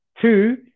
Two